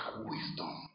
wisdom